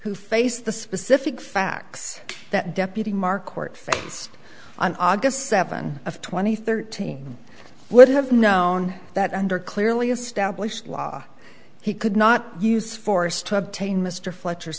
who faced the specific facts that deputy marquardt face on august seventh of twenty thirteen would have known that under clearly established law he could not use force to obtain mr fletcher